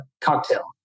cocktail